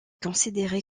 considéré